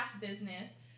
business